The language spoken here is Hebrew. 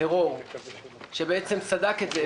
טרור שבעצם סדק את זה,